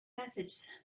methods